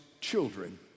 children